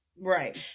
right